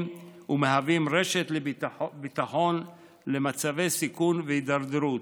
ומהוות רשת ביטחון במצבי סיכון והידרדרות.